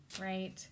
right